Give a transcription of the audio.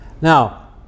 Now